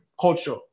culture